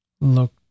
Look